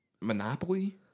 Monopoly